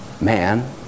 man